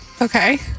Okay